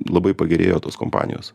labai pagerėjo tos kompanijos